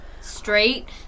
straight